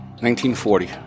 1940